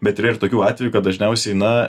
bet yra ir tokių atvejų kad dažniausiai na